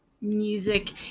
music